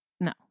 No